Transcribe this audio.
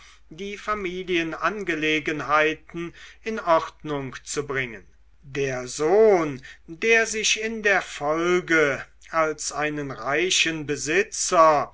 die familienangelegenheiten in ordnung zu bringen der sohn der sich in der folge als einen reichen besitzer